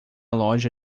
loja